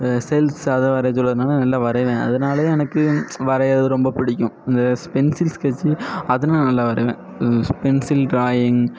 cells அது வரையை சொல்லுறதுனால் நல்ல வரைவேன் அதனாலயே எனக்கு வரைகிறது ரொம்ப பிடிக்கும் அந்த பென்சில் ஸ்கெட்ச்சு அது நான் நல்லா வரைவேன் பென்சில் டிராயிங்